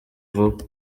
vuba